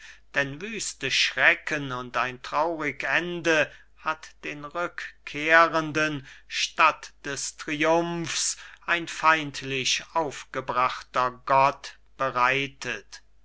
denn wüste schrecken und ein traurig ende hat den rückkehrenden statt des triumphs ein feindlich aufgebrachter gott bereitet